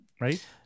Right